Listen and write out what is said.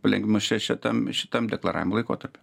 palengvinimus še šitam šitam deklaravimo laikotarpiui